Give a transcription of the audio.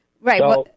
Right